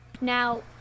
Now